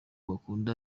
bakunda